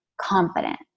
confident